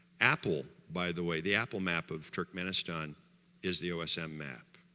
apple by the way, the apple map of turkmenistan is the osm map